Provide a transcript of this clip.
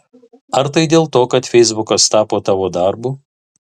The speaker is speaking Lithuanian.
ar tai dėl to kad feisbukas tapo tavo darbu